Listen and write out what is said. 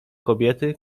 kobiety